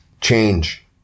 Change